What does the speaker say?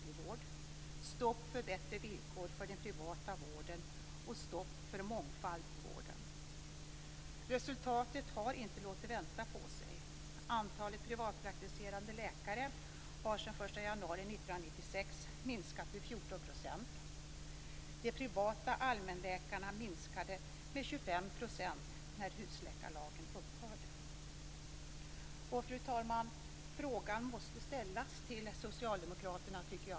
Man satte stopp för bättre villkor för den privata vården. Man satte stopp för mångfald i vården. Resultatet har inte låtit vänta på sig. Antalet privatpraktiserande läkare har sedan den 1 januari 1996 Fru talman! En fråga måste ställas till socialdemokraterna, tycker jag.